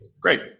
Great